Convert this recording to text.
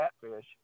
catfish